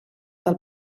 del